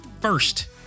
first